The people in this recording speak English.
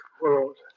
world